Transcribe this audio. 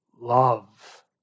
Love